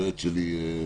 היועץ שלי.